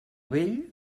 vell